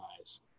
eyes